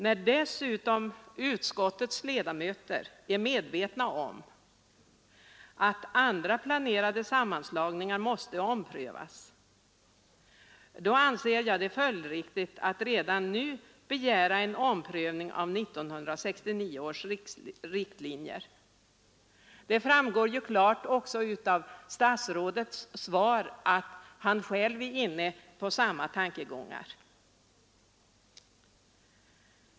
När dessutom utskottets ledamöter är medvetna om att andra planerade sammanslagningar måste omprövas anser jag det följdriktigt att redan nu begära en omprövning av 1969 års riktlinjer. Det framgår också klart av statsrådets svar att han är inne på samma tankegångar.